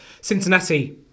Cincinnati